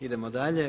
Idemo dalje.